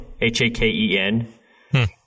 H-A-K-E-N